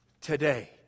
today